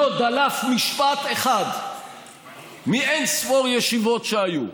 לא דלף משפט אחד מאין-ספור ישיבות שהיו.